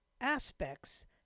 aspects